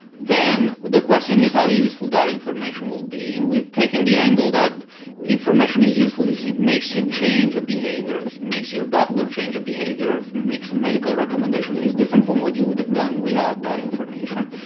then, the question is how useful that information will be. and we've taken the angle that information is useful if it makes you change your behaviour, or if it makes your doctor change a behaviour, or if it makes a medical recommendation that is different from what you would have done without that information.